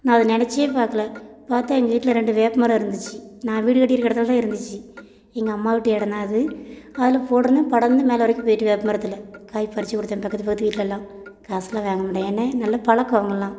நான் அது நெனைச்சே பார்க்கல பார்த்தா எங்கள் வீட்டில் ரெண்டு வேப்பமரம் இருந்துச்சு நான் வீடு கட்டிருக்கிற இடத்துல தான் இருந்துச்சு எங்கள் அம்மா வீட்டு இடம் தான் அது அதில் போட்டுருந்தேன் படர்ந்து மேலே வரைக்கும் போயிட்டு வேப்பமரத்தில் காய் பறித்து கொடுத்தேன் பக்கத்து பக்கத்து வீட்டுலலாம் காசுலாம் வாங்க மாட்டேன் ஏன்னா நல்ல பழக்கம் அவங்களாம்